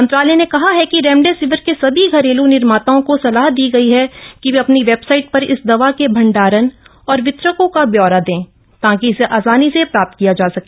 मंत्रालय ने कह कि रेमडेसिविर के सभी घरेलू निर्मात्ताओं को सलाह दी गई है कि वे अपनी वेबसाइट पर इस दव के भंडारण और वितरकों क ब्योर दें त कि इसे आसामी से प्राम्त किय ज सके